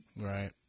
right